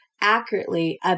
accurately